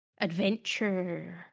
adventure